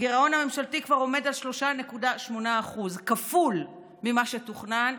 הגירעון הממשלתי כבר עומד על 3.8% כפול ממה שתוכנן,